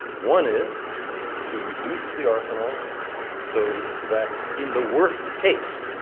one is to reduce the arsenals so that, in the worst case,